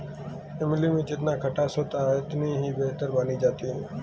इमली में जितना खटास होता है इतनी ही बेहतर मानी जाती है